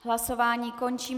Hlasování končím.